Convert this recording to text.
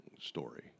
story